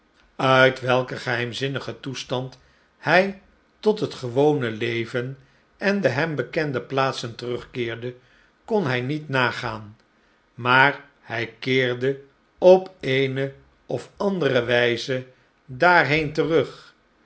uit welken geheimzinnigen toestand hij tot het gewone leven en de hem bekende plaatsen terugkeerde kon hij niet nagaan maar hij keerde op eene of andere wijze daarheen terug